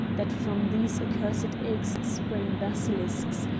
that from these accursed eggs sprang basilisks,